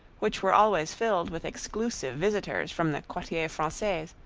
which were always filled with exclusive visitors from the quartier francais,